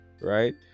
right